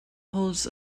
holds